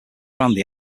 randy